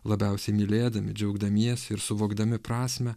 labiausiai mylėdami džiaugdamiesi ir suvokdami prasmę